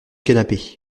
canapé